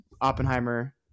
Oppenheimer